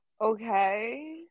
okay